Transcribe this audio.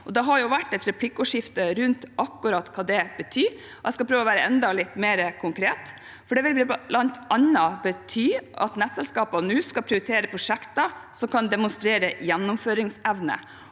Det har vært et replikkordskifte om akkurat hva det betyr. Jeg skal prøve å være enda litt mer konkret. Det vil bl.a. bety at nettselskapene nå skal prioritere prosjekter som kan demonstrere gjennomføringsevne.